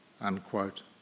unquote